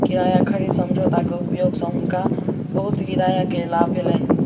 किराया खरीद समझौता के उपयोग सँ हुनका बहुत किराया के लाभ भेलैन